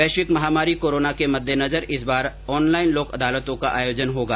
वैश्विक महामारी कोरोना के मद्देनजर इस बार ऑनलाइन लोक अदालतों का आयोजन होगा